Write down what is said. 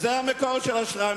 וזה המקור של השטריימל.